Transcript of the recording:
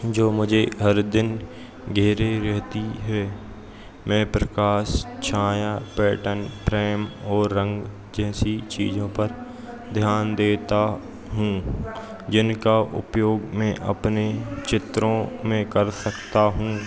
जो मुझे हर दिन घेरे रहती है मैं प्रकाश छाया पैटन प्रेम और रंग जैंसी चीजों पर ध्यान देता हूँ जिनका उपयोग में अपने चित्रों में कर सकता हूँ